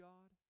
God